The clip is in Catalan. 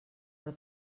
però